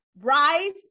rise